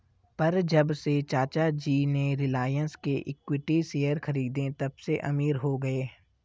पर जब से चाचा जी ने रिलायंस के इक्विटी शेयर खरीदें तबसे अमीर हो गए